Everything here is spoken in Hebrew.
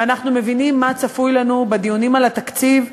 ואנחנו מבינים מה צפוי לנו בדיונים על התקציב.